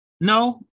no